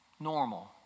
Normal